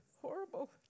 horrible